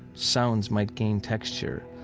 sounds might gain texture,